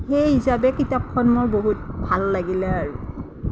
সেই হিচাবে কিতাপখন মোৰ বহুত ভাল লাগিলে আৰু